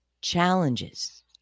challenges